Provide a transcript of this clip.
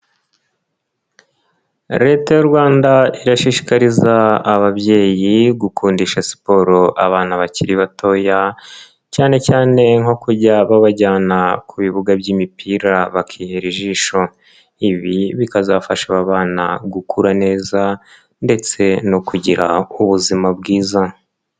Leta y'u Rwanda irashishikariza ababyeyi gukundisha siporo abana bakiri batoya cyane cyane nko kujya babajyana ku bibuga by'imipira, bakihera ijisho. Ibi bikazafasha aba abana gukura neza ndetse no kugira ubuzima bwiza.